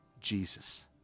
Jesus